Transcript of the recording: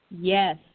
Yes